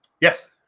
Yes